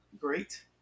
great